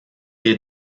est